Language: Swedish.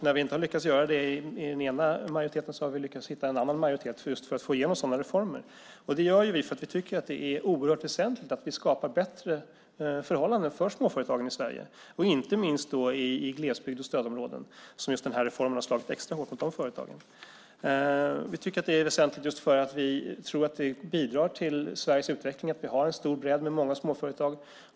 När vi inte har lyckats göra det i den ena majoriteten har vi lyckats hitta en annan majoritet just för att få igenom sådana reformer. Detta gör vi för att vi tycker att det är oerhört väsentligt att vi skapar bättre förhållanden för småföretagen i Sverige, inte minst i glesbygd och stödområden. Den här reformen har slagit extra hårt mot just de företagen. Vi tycker att det är väsentligt just för att vi tror att det bidrar till Sveriges utveckling att vi har en stor bredd med många småföretag.